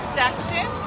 section